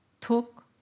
took